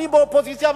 אני באופוזיציה,